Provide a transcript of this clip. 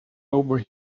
over